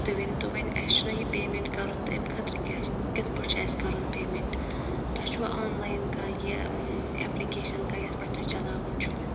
تُہۍ ؤنۍ تو وَنۍ اَسہ چھُنہ یہِ پیمٮ۪نٛٹ کَرُن تہٕ اَمہِ خٲطرٕ کیٛاہ چھِ کِتھ پٲٹھۍ چھُ اَسہِ کَرُن پیمٮ۪نٛٹ تۄہہِ چھُوا آنلاین کانٛہہ یہِ اٮ۪پلِکیشَن کانٛہہ یَتھ پٮ۪ٹھ تُہۍ چَلاوان چھُ